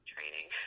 Training